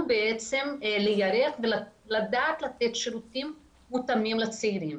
להיערך ולדעת לתת שירותים מותאמים לצעירים.